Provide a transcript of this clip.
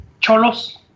Cholos